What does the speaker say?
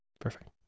Perfect